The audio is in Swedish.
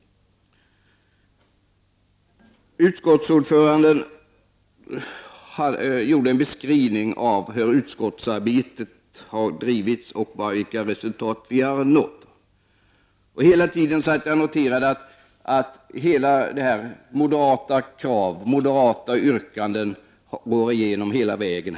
Utskottsordföranden gjorde en beskrivning av hur utskottsarbetet har bedrivits och vilka resultat som har uppnåtts. Jag noterade att moderata krav och yrkanden har gått igenom hela vägen.